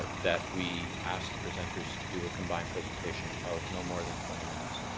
that we ask the presenters to do a combined presentation of no more than twenty minutes.